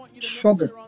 trouble